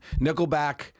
Nickelback